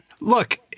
Look